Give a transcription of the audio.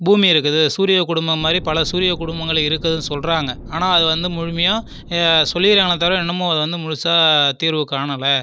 பூமி இருக்குது சூரிய குடும்பம் மாதிரி பல சூரிய குடும்பங்கள் இருக்குதுன்னு சொல்கிறாங்க ஆனால் அது வந்து முழுமையும் சொல்லிக்கிறாங்களே தவிர இன்னுமும் அது வந்து முழுசாக தீர்வு காணலை